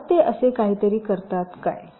मग ते असे काहीतरी करतात काय